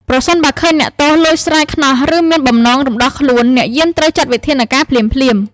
ប្រសិនបើឃើញអ្នកទោសលួចស្រាយខ្នោះ ឬមានបំណងរំដោះខ្លួន អ្នកយាមត្រូវចាត់វិធានការភ្លាមៗ។